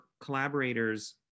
collaborators